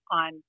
on